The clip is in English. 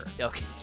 Okay